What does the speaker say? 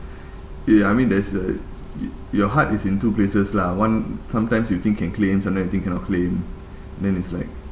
ya ya I mean there's the your heart is in two places lah one sometimes you think can claim sometimes you think cannot claim then it's like